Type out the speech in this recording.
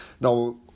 now